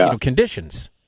conditions